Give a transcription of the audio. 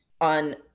on